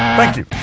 um thank you